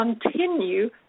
continue